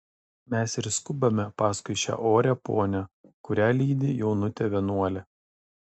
mes ir skubame paskui šią orią ponią kurią lydi jaunutė vienuolė